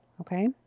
okay